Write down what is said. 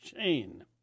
chain